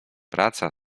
praca